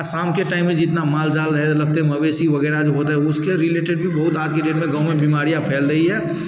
शाम के टाइम में जितना माल जाल रहे लगते मवेशी वगैरह जो होते हैं उसके रिलेटेड भी बहुत आज की डेट में गाँव में बीमारियाँ फैल रही है